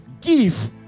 Give